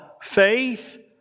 faith